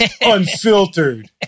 Unfiltered